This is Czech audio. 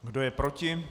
Kdo je proti?